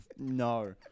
No